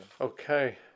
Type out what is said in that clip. Okay